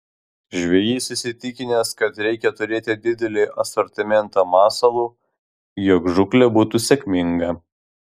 žvejys įsitikinęs kad reikia turėti didelį asortimentą masalų jog žūklė būtų sėkminga